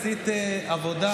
עשית עבודה.